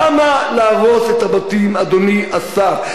למה להרוס את הבתים, אדוני השר?